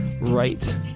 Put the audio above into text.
right